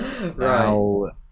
Right